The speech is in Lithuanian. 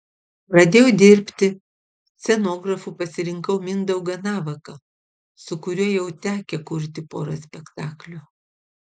pradėjau dirbti scenografu pasirinkau mindaugą navaką su kuriuo jau tekę kurti porą spektaklių